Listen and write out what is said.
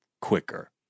quicker